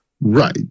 Right